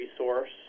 resource